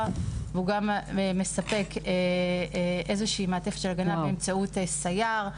והוא גם מספק איזושהי מעטפת של הגנה באמצעות סייר,